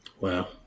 Wow